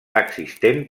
existent